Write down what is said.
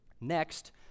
Next